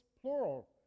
plural